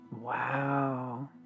Wow